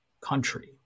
country